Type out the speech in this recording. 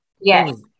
Yes